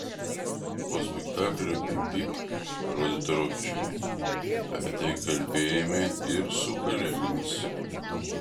po spektaklio pyp pyp parodyto rokiškyje apie tai kalbėjome ir su kolegomis